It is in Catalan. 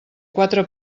quatre